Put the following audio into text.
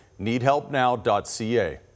Needhelpnow.ca